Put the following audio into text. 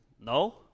No